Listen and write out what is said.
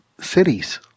cities